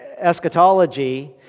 eschatology